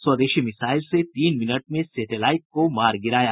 स्वदेशी मिसाइल ने तीन मिनट में सेटेलाइट को मार गिराया